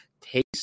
taste